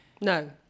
no